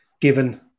given